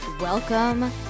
Welcome